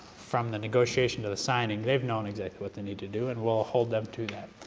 from the negotiation to the signing, they've known exactly what they need to do, and we'll hold them to that.